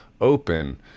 open